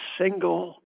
single